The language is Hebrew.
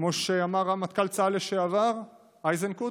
כמו שאמר רמטכ"ל צה"ל לשעבר איזנקוט,